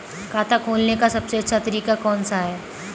खाता खोलने का सबसे अच्छा तरीका कौन सा है?